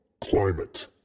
climate